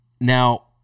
Now